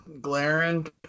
glaring